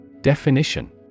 Definition